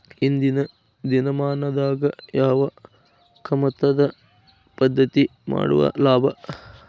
ಇಂದಿನ ದಿನಮಾನದಾಗ ಯಾವ ಕಮತದ ಪದ್ಧತಿ ಮಾಡುದ ಲಾಭ?